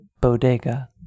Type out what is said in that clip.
bodega